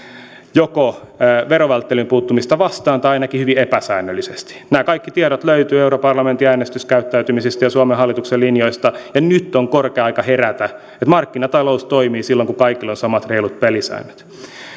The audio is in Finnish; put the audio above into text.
joko verovälttelyyn puuttumista vastaan tai ainakin hyvin epäsäännöllisesti nämä kaikki tiedot löytyvät europarlamentin äänestyskäyttäytymisistä ja suomen hallituksen linjoista ja nyt on korkea aika herätä että markkinatalous toimii silloin kun kaikilla on samat reilut pelisäännöt